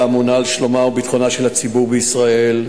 האמונה על שלומו וביטחונו של הציבור בישראל,